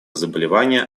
заболевания